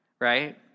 right